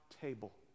table